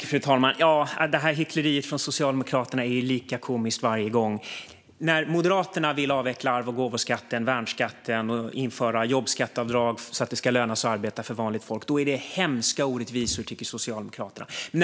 Fru talman! Hyckleriet från Socialdemokraterna är varje gång lika komiskt. När Moderaterna vill avveckla arvs, gåvo och värnskatterna och införa jobbskatteavdrag så att det för vanligt folk lönar sig att arbeta tycker Socialdemokraterna att det handlar om hemska orättvisor.